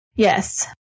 Yes